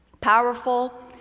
powerful